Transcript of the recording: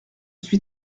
suis